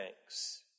thanks